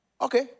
Okay